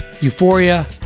Euphoria